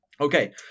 okay